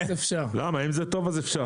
אם זה טוב אז אפשר.